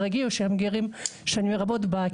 הגיעו שהם גרים שנים רבות בקהילות שלהם.